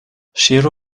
ŝiru